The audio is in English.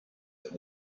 that